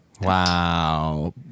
wow